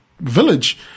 village